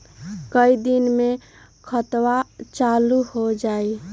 कई दिन मे खतबा चालु हो जाई?